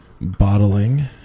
bottling